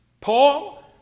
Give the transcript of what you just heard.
Paul